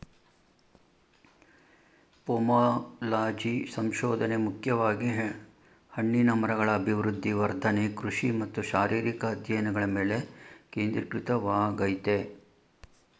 pomology ಸಂಶೋಧನೆ ಮುಖ್ಯವಾಗಿ ಹಣ್ಣಿನ ಮರಗಳ ಅಭಿವೃದ್ಧಿ ವರ್ಧನೆ ಕೃಷಿ ಮತ್ತು ಶಾರೀರಿಕ ಅಧ್ಯಯನಗಳ ಮೇಲೆ ಕೇಂದ್ರೀಕೃತವಾಗಯ್ತೆ